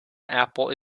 apple